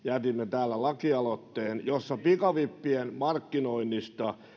lakialoitteen jossa pikavippien